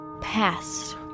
past